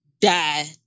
die